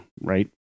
Right